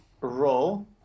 Roll